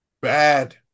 Bad